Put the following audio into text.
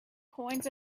coins